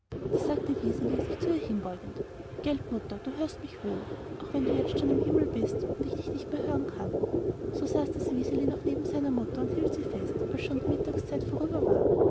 sagte wiseli sich zu ihr hinbeugend gelt mutter du hörst mich wohl wenn du jetzt schon im himmel bist und ich dich nicht mehr hören kann so saß das wiseli noch neben seiner mutter und hielt sie fest als schon die mittagszeit vorüber war